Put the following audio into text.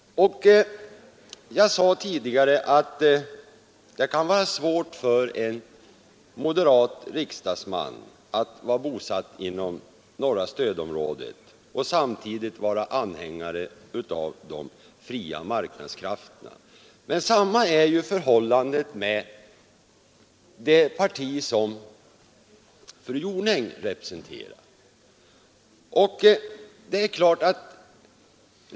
Jag sade tidigare att det kan vara svårt för en moderat riksdagsman att vara bosatt inom norra stödområdet och samtidigt vara anhängare av de fria marknadskrafterna. Det gäller även det parti som fru Jonäng representerar.